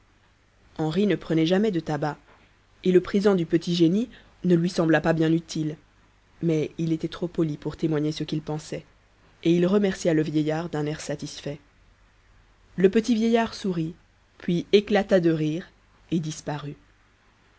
henri ne prenait jamais de tabac et le présent du petit génie ne lui sembla pas bien utile mais il était trop poli pour témoigner ce qu'il pensait et il remercia le vieillard d'un air satisfait le petit vieillard sourit puis éclata de rire et disparut